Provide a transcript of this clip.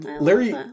Larry